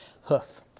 Hoof